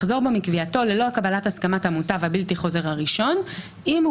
לחזור בו מקביעתו ללא קבלת הסכמת המוטב הבלתי חוזר הראשון אם הוא